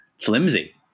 flimsy